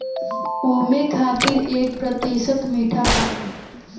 ओमें खातिर एक प्रतिशत मीठा पानी